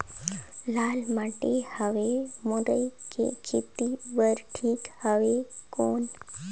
लाल माटी हवे मुरई के खेती बार ठीक हवे कौन?